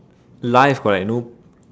life got like no